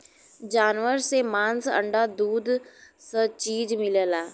जानवर से मांस अंडा दूध स चीज मिलला